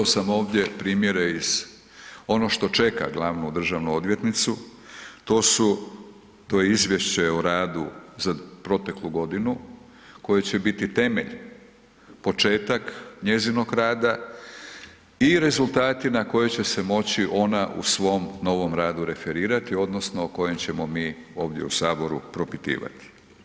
Uzeo sam ovdje primjere iz ono što čeka glavnu državnu odvjetnicu, to je izvješće o radu za proteklu godinu koje će biti temelj, početak njezinog rada i rezultati na koje će se moći ona u svom novom radu referirati odnosno o kojem ćemo mi ovdje u Saboru propitivati.